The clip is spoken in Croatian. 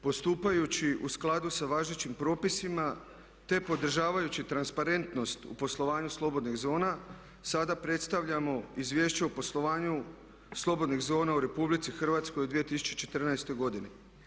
Postupajući u skladu sa važećim propisima te podržavajući transparentnost u poslovanju slobodnih zona sada predstavljamo izvješće o poslovanju slobodnih zona u RH 2014.godini.